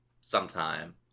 sometime